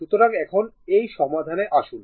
সুতরাং এখন এই সমাধানে আসুন